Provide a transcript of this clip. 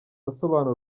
asobanura